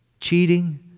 Cheating